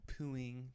pooing